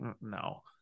no